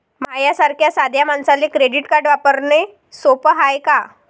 माह्या सारख्या साध्या मानसाले क्रेडिट कार्ड वापरने सोपं हाय का?